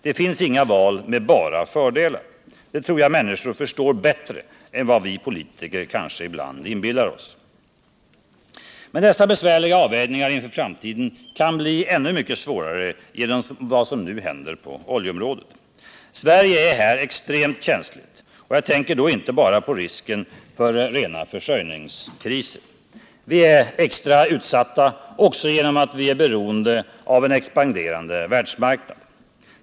Det finns inga val med bara fördelar. Det tror jag människor förstår bättre än vad vi politiker kanske ibland inbillar OSS. Men dessa besvärliga avvägningar inför framtiden kan bli ännu mycket svårare genom vad som händer på oljeområdet. Sverige är här extremt känsligt, och jag tänker då inte bara på risken för rena försörjningskriser. Vi är extra utsatta också genom att vi är beroende av en expanderande världsmarknad.